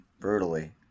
Brutally